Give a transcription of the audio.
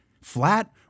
flat